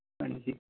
ਹਾਂਜੀ